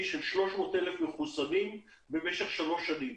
של 300,000 מחוסנים במשך שלוש שנים,